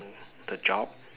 the job